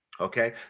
Okay